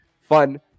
fun